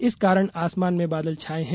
इस कारण आसमान में बादल छाए हैं